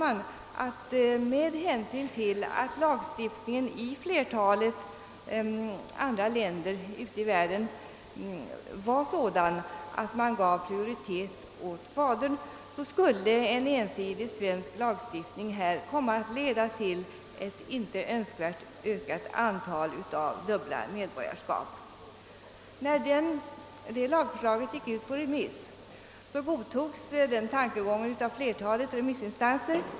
Men det framhölls att med hänsyn till att lagstiftningen i flertalet andra länder ute i världen var sådan att man gav prioritet åt fadern, så skulle en ensidig svensk lagstiftning komma att leda till ett inte önskvärt ökat antal av dubbla medborgarskap. När lagförslaget gick ut på remiss godtogs den tankegången av flertalet remissinstanser.